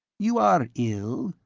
you are ill?